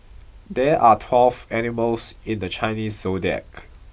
there are twelve animals in the Chinese Zodiac